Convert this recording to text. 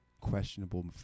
questionable